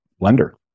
lender